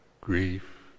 grief